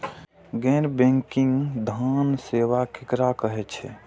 गैर बैंकिंग धान सेवा केकरा कहे छे?